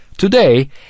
Today